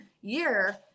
year